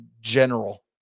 general